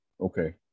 Okay